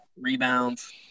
rebounds